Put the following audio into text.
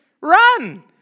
Run